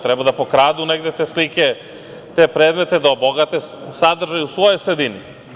Treba da pokradu negde te slike, te predmete, da obogate sadržaj u svojoj sredini.